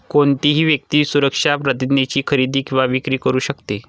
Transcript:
कोणतीही व्यक्ती सुरक्षा प्रतिज्ञेची खरेदी किंवा विक्री करू शकते